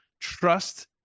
trust